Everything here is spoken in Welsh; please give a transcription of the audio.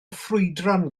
ffrwydron